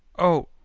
oh!